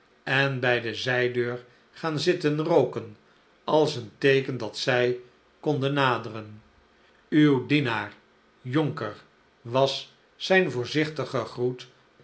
en bij de zijdeur gaan zitten rooken als een teeken dat zij konden naderen uw dienaar jonker was zijn voorzichtige groet